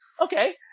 okay